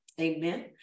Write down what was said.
Amen